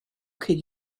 could